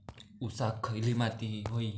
ऊसाक खयली माती व्हयी?